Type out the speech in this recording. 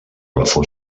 plafó